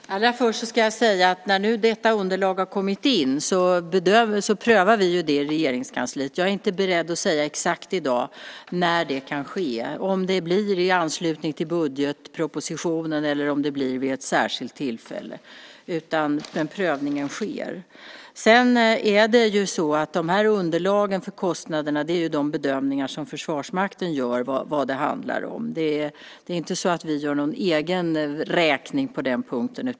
Herr talman! Allra först ska jag säga att när nu detta underlag har kommit in prövar vi det i Regeringskansliet. Jag är inte beredd att i dag säga exakt när denna prövning kan ske, om det blir i anslutning till budgetpropositionen eller om det blir vid ett särskilt tillfälle. Dessa underlag för kostnaderna är de bedömningar som Försvarsmakten gör. Det är inte så att vi gör någon egen räkning på den punkten.